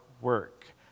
work